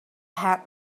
had